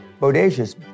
bodacious